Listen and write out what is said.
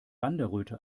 wanderröte